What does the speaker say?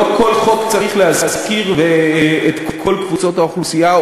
לא כל חוק צריך להזכיר את כל קבוצות האוכלוסייה,